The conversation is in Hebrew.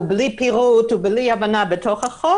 בלי פירוט ובלי הבנה בחוק.